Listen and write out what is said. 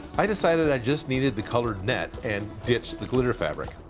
i decided i just needed the colored net and ditch the glitter fabric.